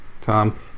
Tom